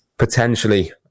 Potentially